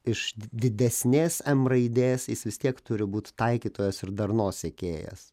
iš didesnės m raidės jis vis tiek turi būt taikytojas ir darnos siekėjas